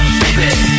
baby